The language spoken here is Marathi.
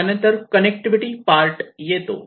त्यानंतर कनेक्टिविटी पार्ट येतो